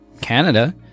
Canada